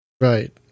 right